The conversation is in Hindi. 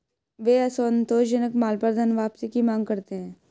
वे असंतोषजनक माल पर धनवापसी की मांग करते हैं